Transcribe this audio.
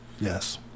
Yes